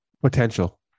Potential